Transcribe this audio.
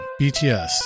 BTS